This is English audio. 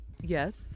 Yes